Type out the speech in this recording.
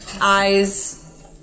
Eyes